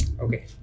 Okay